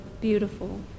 Beautiful